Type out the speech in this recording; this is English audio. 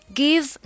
give